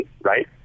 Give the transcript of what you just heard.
right